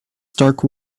stark